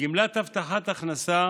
גמלת הבטחת הכנסה